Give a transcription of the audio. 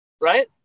right